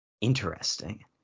interesting